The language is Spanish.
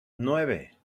nueve